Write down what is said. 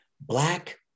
Black